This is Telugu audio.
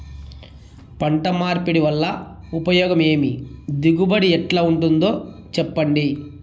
పంట మార్పిడి వల్ల ఉపయోగం ఏమి దిగుబడి ఎట్లా ఉంటుందో చెప్పండి?